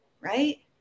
right